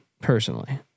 personally